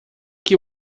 que